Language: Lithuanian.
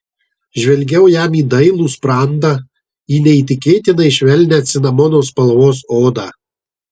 žvelgiau jam į dailų sprandą į neįtikėtinai švelnią cinamono spalvos odą